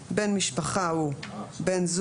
"בן משפחה" הוא בן זוג,